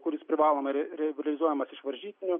kuris privalomai re realizuojamas iš varžytinių